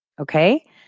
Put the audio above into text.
Okay